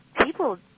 people